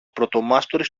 πρωτομάστορης